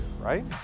right